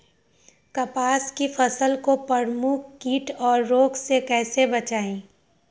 कपास की फसल को प्रमुख कीट और रोग से कैसे बचाएं?